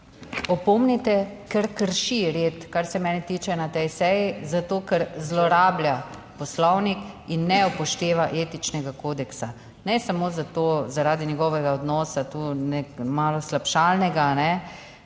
opomnite, ker krši red, kar se mene tiče na tej seji, zato ker zlorablja poslovnik in ne upošteva etičnega kodeksa, ne samo zato, zaradi njegovega odnosa, tukaj malo slabšalnega, pač